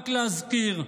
רק להזכיר,